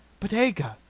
but aga,